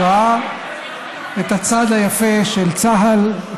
ראה את הצד היפה של צה"ל,